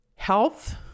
health